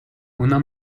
una